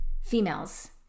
females